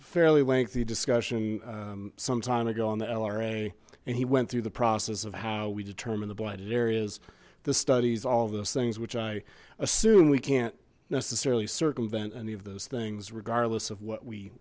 fairly lengthy discussion some time ago on the lra and he went through the process of how we determined the blighted areas this studies all of those things which i assume we can't necessarily circumvent any of those things regardless of what we